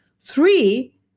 Three